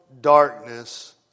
darkness